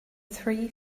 three